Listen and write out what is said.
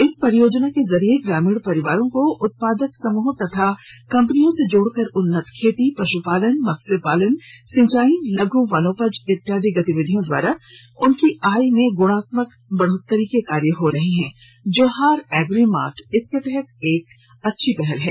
इस परियोजना के जरिए ग्रामीण परिवारों को उत्पादक समूह तथा कंपनियों से जोड़कर उन्नत खेती पशुपालन मत्स्य पालन सिंचाई लघु वनोपज इत्यादि गतिविधियों के द्वारा उनकी आय में गुणात्मक बढ़ोतरी के कार्य हो रहें हैं जोहार एग्री मार्ट इसके तहत एक अच्छी पहल है